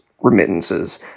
Remittances